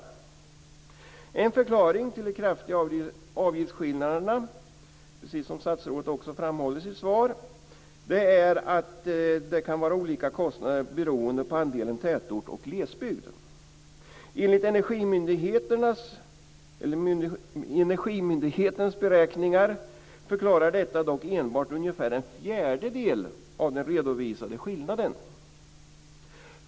Precis som statsrådet framhåller i sitt svar är en förklaring till de kraftiga avgiftsskillnaderna inom nätverksamheten att kostnader kan vara olika beroende på andelen tätort och glesbygd. Enligt Energimyndighetens beräkningar förklarar detta dock enbart ungefär en fjärdedel av den redovisade skillnaden.